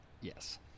Yes